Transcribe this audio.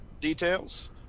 details